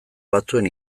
batzuen